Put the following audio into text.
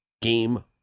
game